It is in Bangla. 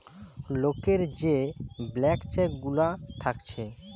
লোকের যে ব্ল্যান্ক চেক গুলা থাকছে